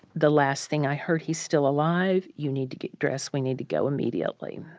the last thing i heard he's still alive. you need to get dressed. we need to go immediately.